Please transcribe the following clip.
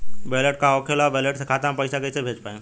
Wallet का होखेला और वैलेट से खाता मे पईसा कइसे भेज पाएम?